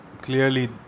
clearly